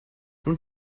nun